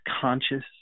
conscious